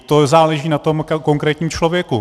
To záleží na tom konkrétním člověku.